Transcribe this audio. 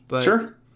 Sure